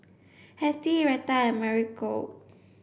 Hattie Reta and Mauricio